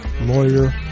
lawyer